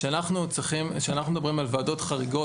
כשאנחנו מדברים על ועדות חריגות,